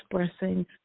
expressing